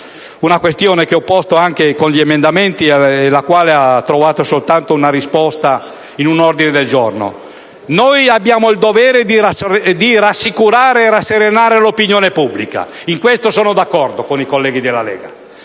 una questione che ho posto con gli emendamenti e che ha trovato accoglimento solo in un ordine del giorno: noi abbiamo il dovere di rassicurare e rasserenare l'opinione pubblica - e in questo sono d'accordo con i colleghi della Lega